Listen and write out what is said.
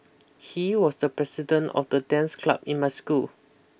he was the president of the dance club in my school